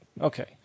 Okay